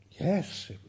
yes